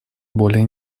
более